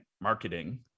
marketing